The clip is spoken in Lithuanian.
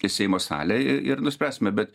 seimo salę ir nuspręsime bet